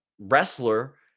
wrestler